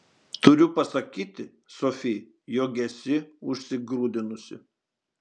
turiu pasakyti sofi jog esi užsigrūdinusi